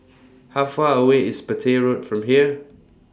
How Far away IS Petir Road from here